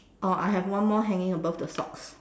oh I have one more hanging above the socks